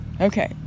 okay